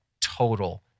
total